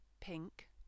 pink